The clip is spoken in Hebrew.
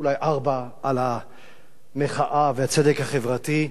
אולי ארבע, על המחאה והצדק החברתי.